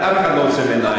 אף אחד לא עוצם עיניים.